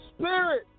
spirit